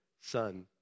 son